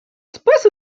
espèce